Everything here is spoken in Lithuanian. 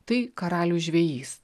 tai karalius žvejys